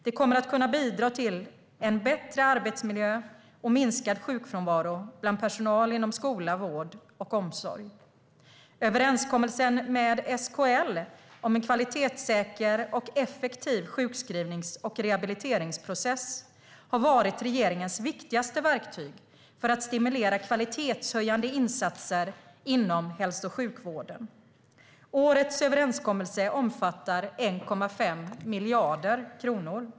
Det kommer att kunna bidra till en bättre arbetsmiljö och minskad sjukfrånvaro bland personal inom skola, vård och omsorg. Överenskommelsen med SKL om en kvalitetssäker och effektiv sjukskrivnings och rehabiliteringsprocess har varit regeringens viktigaste verktyg för att stimulera kvalitetshöjande insatser inom hälso och sjukvården. Årets överenskommelse omfattar 1,5 miljarder kronor.